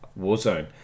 Warzone